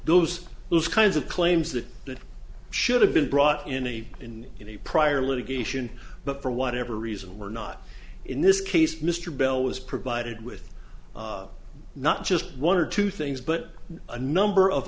those those kinds of claims that that should have been brought in any in any prior litigation but for whatever reason were not in this case mr bell was provided with not just one or two things but a number of